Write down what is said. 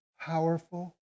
powerful